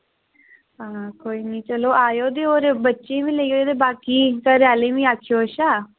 आं कोई निं चलो आयो दे होर बच्चे ई बी लेईं आयो ते बाकी घरैआह्लें ई बी आखेओ अच्छा